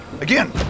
Again